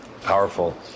Powerful